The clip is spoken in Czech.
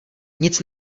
nic